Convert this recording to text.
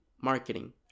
marketing